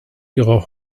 ihrer